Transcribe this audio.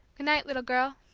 good-night, little girl